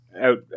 out